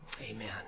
Amen